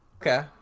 Okay